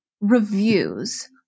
reviews